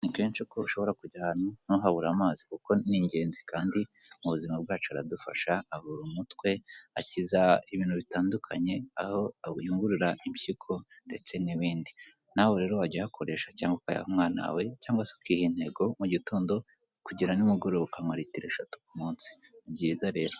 Ubwo wibajije ikoranabuhanga ni byiza cyane kuko nanone ukugira ubunebwe ntabwo ujya uva mu rugo ngo ubashe kutemberera n'ahantu dutuye uko hameze ariko nanone birafasha niyo unaniwe ntabwo ushobora kuva iwanyu unaniwe cyangwa utashye bwije ngo ujye ku isoko guhaha. Nkuko ubibone iki ni ikirango kerekana imyenda y'iminyarwanda n'inkweto zikorerwa mu rwanda nawe wabyihangira